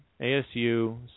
ASU